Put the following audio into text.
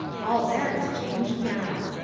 all that is changed now.